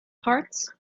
parts